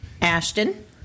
Ashton